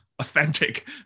authentic